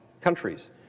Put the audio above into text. countries